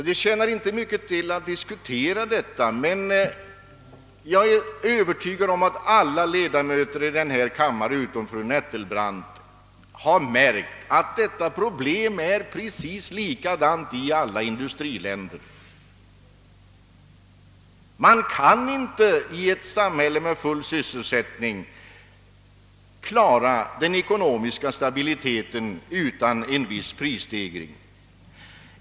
Det tjänar inte mycket till att diskutera detta, men jag är övertygad om att alla ledamöter i denna kammare utom fru Nettelbrandt har märkt, att samma problem finns i alla industriländer: Man kan inte i ett samhälle med full sysselsättning klara den ekonomiska stabiliteten utan en viss Prisstegring.